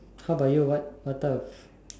how about you what type of